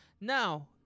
Now